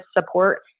support